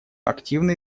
активно